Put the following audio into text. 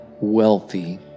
wealthy